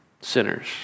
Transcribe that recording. sinners